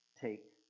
take